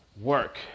work